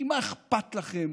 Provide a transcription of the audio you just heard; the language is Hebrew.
כי מה אכפת לכם